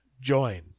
join